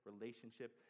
relationship